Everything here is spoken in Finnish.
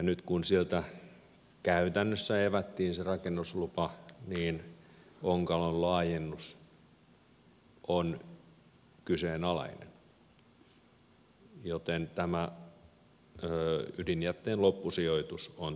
nyt kun sieltä käytännössä evättiin se rakennuslupa niin onkalon laajennus on kyseenalainen joten tämä ydinjätteen loppusijoitus on täysin auki